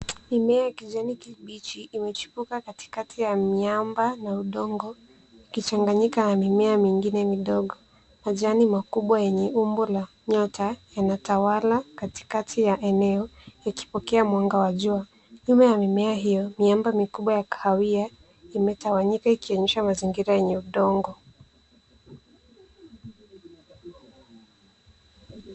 Mimea ya kijani kibichi imechipuka katikati ya miamba na udongo ikichanganyika na mimea mingine midogo. Majani makubwa yenye umbo la nyota yanatawala katikati ya eneo yakipokea mwanga wa jua. Nyuma ya mimea hiyo, miamba mikubwa ya kahawia imetawanyika ikionyesha mazingira yenye udongo.